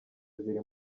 ziri